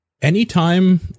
Anytime